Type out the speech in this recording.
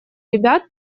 ребят